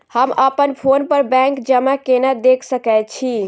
हम अप्पन फोन पर बैंक जमा केना देख सकै छी?